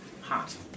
hot